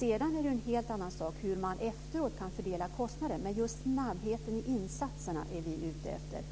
Det är sedan en helt annan sak hur man efteråt kan fördela kostnaden, men det är snabbheten i insatserna som vi är ute efter.